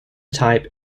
type